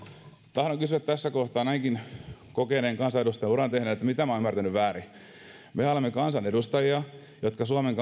tahdon kysyä tässä kohtaa näinkin pitkän kansanedustajanuran tehneenä mitä olen ymmärtänyt väärin mehän olemme kansanedustajia jotka suomen